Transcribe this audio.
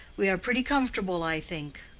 we are pretty comfortable, i think.